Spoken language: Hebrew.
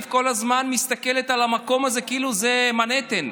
כל הזמן מסתכלת על המקום הזה כאילו זה מנהטן,